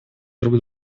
друг